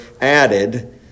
added